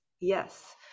Yes